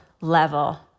level